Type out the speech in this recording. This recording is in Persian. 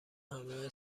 همراه